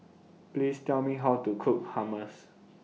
Please Tell Me How to Cook Hummus